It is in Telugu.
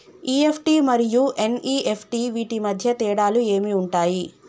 ఇ.ఎఫ్.టి మరియు ఎన్.ఇ.ఎఫ్.టి వీటి మధ్య తేడాలు ఏమి ఉంటాయి?